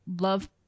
Love